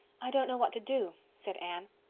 i don't know what to do, said anne.